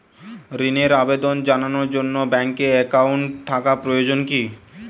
ঋণের আবেদন জানানোর জন্য ব্যাঙ্কে অ্যাকাউন্ট থাকা প্রয়োজন কী?